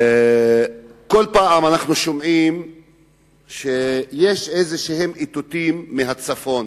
בכל פעם אנחנו שומעים שיש איזשהם איתותים מהצפון,